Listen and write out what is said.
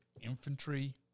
infantry